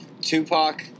Tupac